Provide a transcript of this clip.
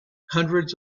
hundreds